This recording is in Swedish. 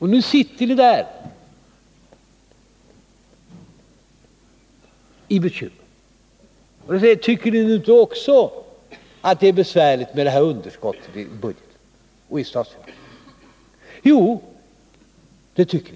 Och nu sitter ni där med bekymret. Tycker inte ni också att det är besvärligt med underskottet i budgeten och i statsfinanserna? Jo, det tycker vi.